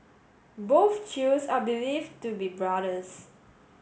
both Chews are believed to be brothers